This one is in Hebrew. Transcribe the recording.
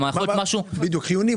מה זה חיוני?